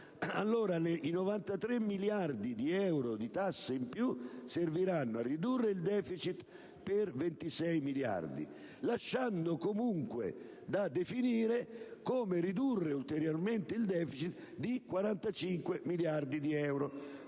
i 93 miliardi di euro di tasse in più serviranno a ridurre il deficit per 26 miliardi, lasciando comunque da definire come ridurre ulteriormente ildeficit di 45 miliardi di euro,